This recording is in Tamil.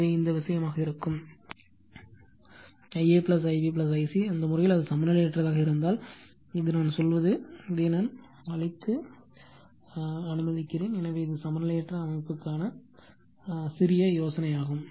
எனவே அதை அழித்து அனுமதிக்கிறேன் எனவே இது சமநிலையற்ற அமைப்புக்கான சிறிய யோசனையாகும்